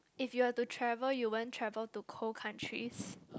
if you are to travel you won't travel to cold countries